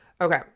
Okay